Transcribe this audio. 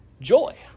joy